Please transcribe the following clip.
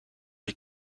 les